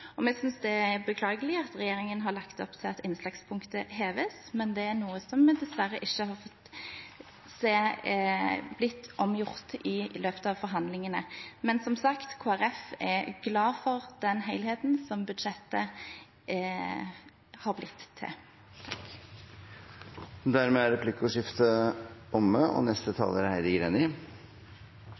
alt. Vi synes det er beklagelig at regjeringen har lagt opp til at innslagspunktet heves, men det er noe som vi dessverre ikke har fått omgjort i løpet av forhandlingene. Men Kristelig Folkeparti er glad for den helheten som budsjettet har blitt til. Replikkordskiftet er omme. Det har vært en lang og